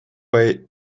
pay